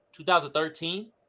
2013